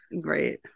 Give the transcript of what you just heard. Great